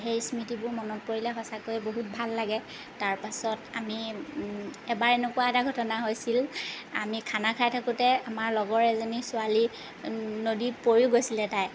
সেই স্মৃতিবোৰ মনত পৰিলে সঁচাকৈয়ে বহুত ভাল লাগে তাৰ পাছত আমি এবাৰ এনেকুৱা এটা ঘটনা হৈছিল আমি খানা খাই থাকোঁতে আমাৰ লগৰ এজনী ছোৱালী নদীত পৰিও গৈছিলে তাই